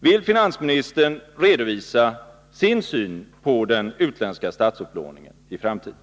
Vill finansministern redovisa sin syn på den utländska statsupplåningen i framtiden?